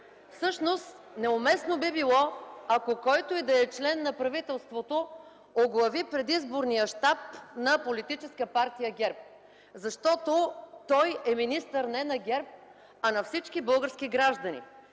Всъщност, неуместно би било, ако който и да е член на правителството оглави предизборния щаб на Политическа партия ГЕРБ, защото той е министър не на ГЕРБ, а на всички български граждани.